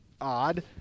odd